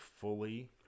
fully